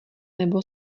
nebo